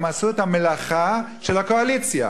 הם עשו את המלאכה של הקואליציה.